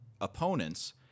opponents—